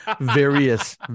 Various